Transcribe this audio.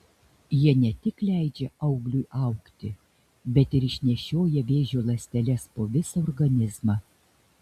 jie ne tik leidžia augliui augti bet ir išnešioja vėžio ląsteles po visą organizmą